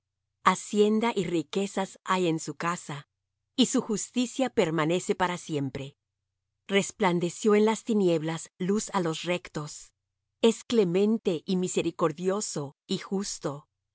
hacienda y riquezas hay en su casa y su justicia permanece para siempre resplandeció en las tinieblas luz á los rectos es clemente y misericordioso y justo el